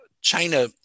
China